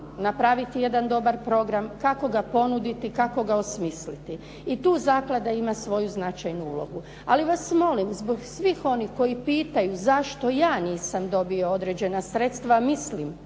napraviti jedan dobar program, kako ga ponuditi, kako ga osmisliti. I tu zaklada ima svoju značajnu ulogu. Ali vas molim zbog svih onih koji pitaju zašto ja nisam dobio određena sredstva, a mislim